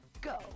Go